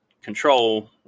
control